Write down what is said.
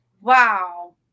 Wow